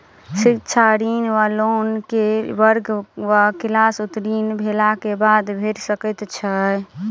शिक्षा ऋण वा लोन केँ वर्ग वा क्लास उत्तीर्ण भेलाक बाद भेट सकैत छी?